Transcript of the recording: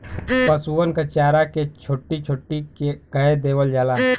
पसुअन क चारा के छोट्टी छोट्टी कै देवल जाला